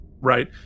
right